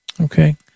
Okay